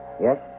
Yes